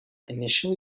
initially